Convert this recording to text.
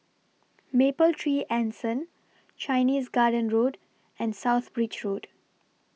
Mapletree Anson Chinese Garden Road and South Bridge Road